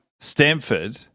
Stanford